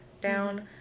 down